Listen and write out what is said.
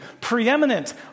preeminent